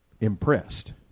impressed